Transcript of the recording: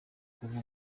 kuva